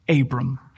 Abram